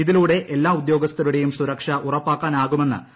ഇതിലൂടെ എല്ലാ ഉദ്യോഗസ്ഥരുടെയും സുരക്ഷ ഉറപ്പാക്കാനാകുമെന്ന് ശ്രീ